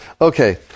Okay